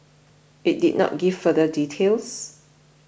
it did not give further details